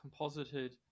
composited